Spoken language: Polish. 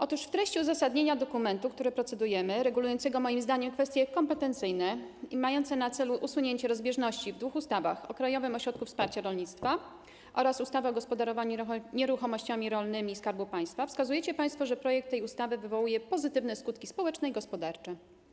Otóż w treści uzasadnienia dokumentu, nad którym procedujemy, regulującego moim zdaniem kwestie kompetencyjne i mającego na celu usunięcie rozbieżności w dwóch ustawach - ustawie o Krajowym Ośrodku Wsparcia Rolnictwa oraz ustawie o gospodarowaniu nieruchomościami rolnymi Skarbu Państwa - wskazujecie państwo, że projekt tej ustawy wywołuje pozytywne skutki społeczne i gospodarcze.